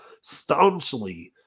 staunchly